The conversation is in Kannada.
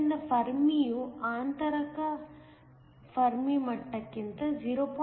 ಆದ್ದರಿಂದ ಫೆರ್ಮಿಯು ಆಂತರಿಕ ಫರ್ಮಿ ಮಟ್ಟಕ್ಕಿಂತ 0